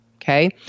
Okay